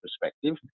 perspective